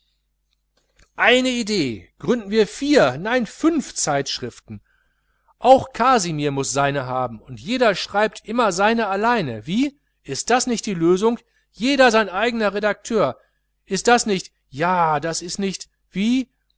eine idee gründen wir vier nein fünf zeitschriften auch kasimir muß seine haben und jeder schreibt immer seine allein wie ist das nicht die lösung jeder sein eigener redakteur ist das nicht ja ist das nicht wie